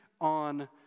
on